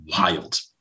wild